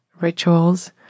rituals